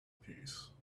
peace